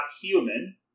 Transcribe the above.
human